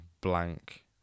blank